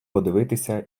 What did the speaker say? подивитися